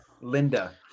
Linda